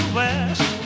west